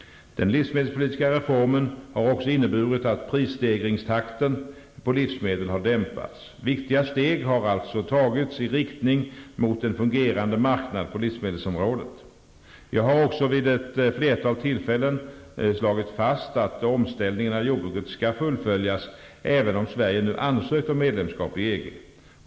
Den livsmedelpolitiska reformen har också inneburit att prisstegringstakten vad gäller livsmedel har dämpats. Viktiga steg har alltså tagits i riktning mot en fungerande marknad på livsmedelsområdet. Jag har också vid ett flertal tillfällen slagit fast att omställningen av jordbruket skall fullföljas även om Sverige nu ansökt om medlemskap i EG.